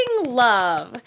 love